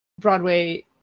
Broadway